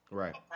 right